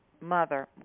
mother